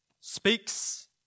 speaks